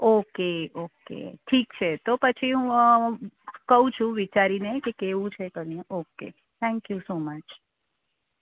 okay okay ઠીક છે તો પછી હું કઉ છું વિચારીને કે કેવું છે કન્ય ઓકે થેંક્યું સો મચ